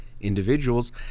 individuals